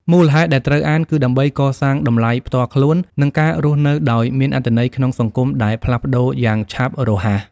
មូលហេតុដែលត្រូវអាន គឺដើម្បីកសាងតម្លៃផ្ទាល់ខ្លួន និងការរស់នៅដោយមានអត្ថន័យក្នុងសង្គមដែលផ្លាស់ប្តូរយ៉ាងឆាប់រហ័ស។